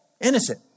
innocent